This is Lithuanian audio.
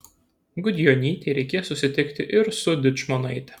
gudjonytei reikės susitikti ir su dičmonaite